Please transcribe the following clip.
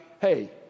Hey